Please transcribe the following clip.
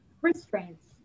Restraints